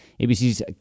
ABC's